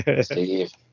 Steve